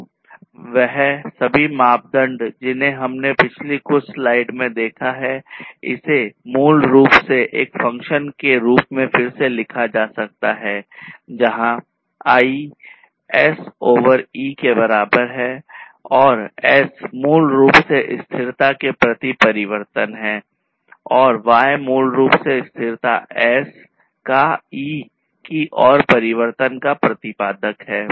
तो वह सभी मापदंड जिन्हें हमने पिछली कुछ स्लाइड में देखा है इसे मूल रूप से एक फ़ंक्शन के रूप में फिर से लिखा जा सकता है जहां I S over E के बराबर है और S मूल रूप से स्थिरता के प्रति परिवर्तन है और Y मूल रूप से स्थिरता S का E की ओर परिवर्तन का प्रतिपादक है